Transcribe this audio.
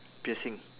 piercing